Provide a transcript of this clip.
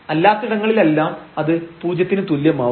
അല്ലാത്തിടങ്ങളിലെല്ലാം അത് പൂജ്യത്തിനു തുല്യമാവും